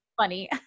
funny